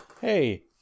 hey